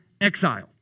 exile